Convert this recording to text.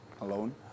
alone